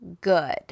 good